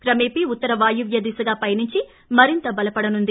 క్రమేపీ ఉత్తర వాయువ్య దిశగా పయనించి మరింత బలపడనుంది